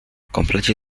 komplecie